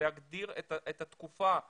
להגדיר את התקופה כתקופה,